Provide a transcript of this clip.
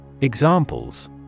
Examples